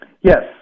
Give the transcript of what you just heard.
Yes